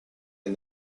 and